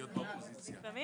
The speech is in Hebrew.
ערב ראש חודש, אז היום א'.